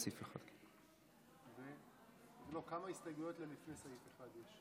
סעיף 1. כמה הסתייגויות יש לפני סעיף 1?